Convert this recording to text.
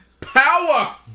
Power